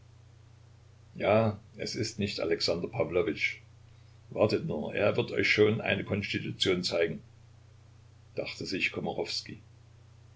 ja es ist nicht alexander pawlowitsch wartet nur er wird euch schon eine konstitution zeigen dachte sich